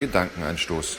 gedankenanstoß